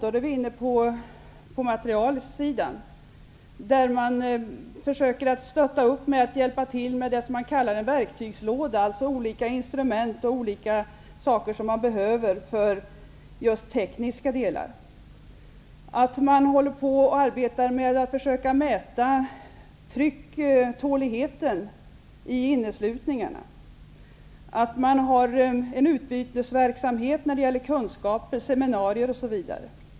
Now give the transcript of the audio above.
Och nu är vi inne på materialsidan, där man försöker att stötta och hjälpa till med vad som kallas för en verktygslåda - alltså olika instrument och saker som behövs för tekniska delar. Man försöker mäta trycktåligheten i inneslutningarna. Man har en utbytesverksamhet när det gäller kunskaper, seminarier osv.